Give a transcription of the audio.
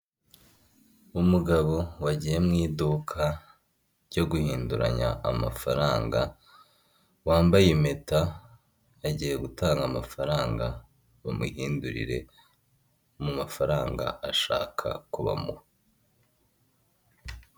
Inyubako ariko igaragara ko iherereye i Kigali mu Rwanda; iragaragara yuko iri kugurishwa aho bavuga ko umuntu afite miliyoni ijana na mirongo ine abasha kuyigura, iri i Kanombe Kigali, ni uburyo rero bumenyerewe bwo kugurisha aho abantu bagaragaza ibiciro by'ibicuruzwa.